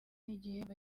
igihembo